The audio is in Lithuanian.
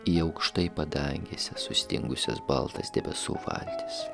į aukštai padangėse sustingusias baltas debesų valtis